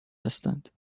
هستند